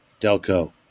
Delco